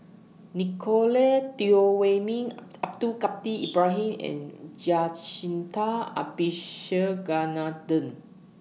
Nicolette Teo Wei Min Abdul Kadir Ibrahim and Jacintha Abisheganaden